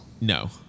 No